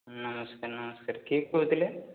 ନମସ୍କାର ନମସ୍କାର କିଏ କହୁଥିଲେ